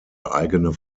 eigene